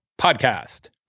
Podcast